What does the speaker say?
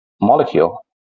molecule